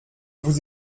vous